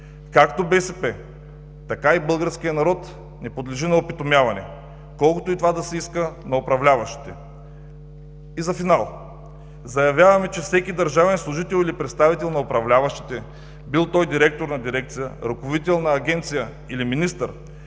Както БСП, така и българският народ не подлежи на опитомяване, колкото и това да се иска на управляващите. И за финал заявяваме, че всеки държавен служител или представител на управляващите, бил той директор на дирекция, ръководител на агенция или министър,